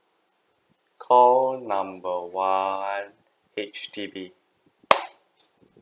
call number one H_D_B